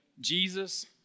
Jesus